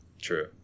True